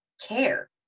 care